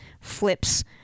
flips